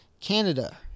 Canada